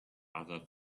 other